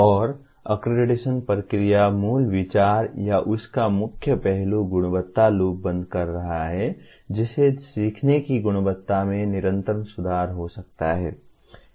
और अक्रेडिटेशन प्रक्रिया मूल विचार या उस का मुख्य पहलू गुणवत्ता लूप बंद कर रहा है जिससे सीखने की गुणवत्ता में निरंतर सुधार हो सकता है